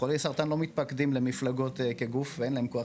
חולי הסרטן לא מתפקדים למפלגות כגוף ואין להם כוח